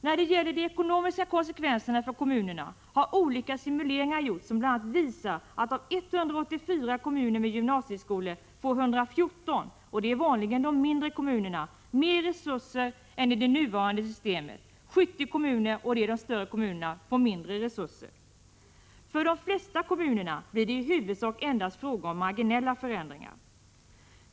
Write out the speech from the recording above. När det gäller de ekonomiska konsekvenserna för kommunerna har olika simuleringar gjorts, som bl.a. visar att av 184 kommuner med gymnasieskola får 114 — vanligen mindre kommuner — mer resurser än i det nuvarande systemet. 70 kommuner — och det är de större kommunerna — får mindre resurser. För de flesta kommunerna blir det i huvudsak endast fråga om marginella förändringar.